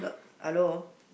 hello